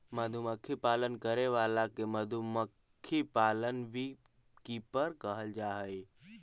मधुमक्खी पालन करे वाला के मधुमक्खी पालक बी कीपर कहल जा हइ